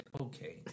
Okay